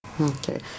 Okay